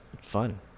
Fun